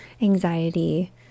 anxiety